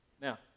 Now